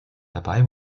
dabei